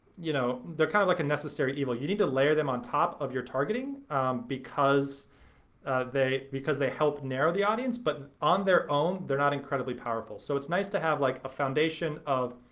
you know they're kind of like a necessary evil. you need to layer them on top of your targeting because they because they help narrow the audience, but on their own they're not incredibly powerful. so it's nice to have like a foundation of,